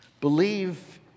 Believe